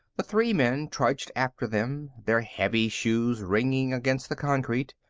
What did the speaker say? the three men trudged after them, their heavy shoes ringing against the concrete.